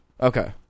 Okay